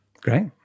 Great